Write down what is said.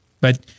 but-